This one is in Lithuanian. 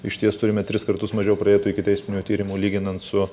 išties turime tris kartus mažiau pradėtų ikiteisminių tyrimų lyginant su